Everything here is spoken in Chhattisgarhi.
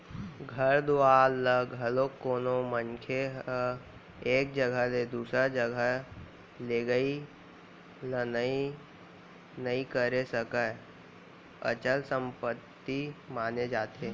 घर दुवार ल घलोक कोनो मनखे ह एक जघा ले दूसर जघा लेगई लनई नइ करे सकय, अचल संपत्ति माने जाथे